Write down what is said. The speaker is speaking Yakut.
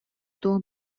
туох